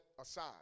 aside